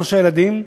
שלושה ילדים,